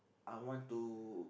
I want to